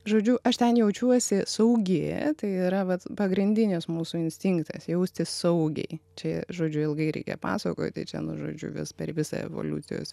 žodžiu aš ten jaučiuosi saugi tai yra vat pagrindinis mūsų instinktas jaustis saugiai čia žodžiu ilgai reikia pasakoti čia nu žodžiu vis per visą evoliucijos